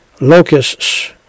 Locusts